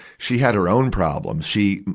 she had her own problems. she,